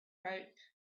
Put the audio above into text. rope